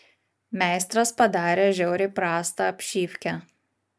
meistras padarė žiauriai prastą apšyvkę